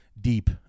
deep